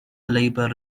labor